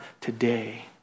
today